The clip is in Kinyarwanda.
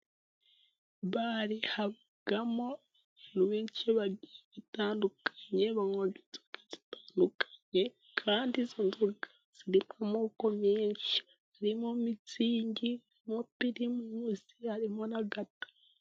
Bare habamo abantu benshi bagiye batandukanye, banywa inzoga zitandukanye. Kandi izo nzoga zirimo amoko menshi harimo Mitsingi, harimo Pirimusi, harimo n’agato.